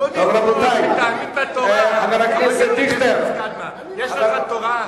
אז קודם כול תאמין בתורה, יש לך תורה?